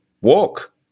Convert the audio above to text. walk